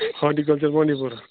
horticulture بانڈی پورا